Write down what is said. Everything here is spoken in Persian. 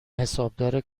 حسابدار